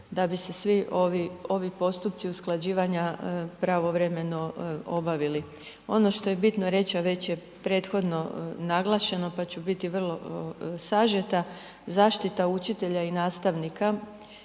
da bi se svi ovi, ovi postupci usklađivanja pravovremeno obavili. Ono što je bitno reći, a već je prethodno naglašeno, pa ću biti vrlo sažeta, zaštita učitelja i nastavnika